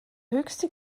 höchste